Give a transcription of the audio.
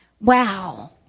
Wow